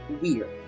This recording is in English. weird